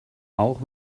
auch